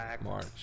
March